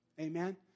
Amen